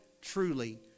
truly